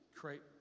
great